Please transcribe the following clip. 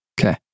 okay